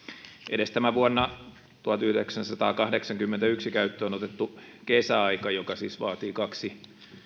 edes tätä vuonna tuhatyhdeksänsataakahdeksankymmentäyksi käyttöön otettua kesäaikaa joka siis vaatii kaksi